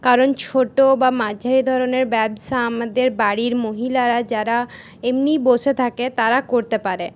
কারণ ছোট বা মাঝারি ধরনের ব্যবসা আমাদের বাড়ির মহিলারা যারা এমনিই বসে থাকে তারা করতে পারে